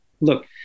look